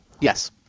Yes